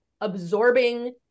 absorbing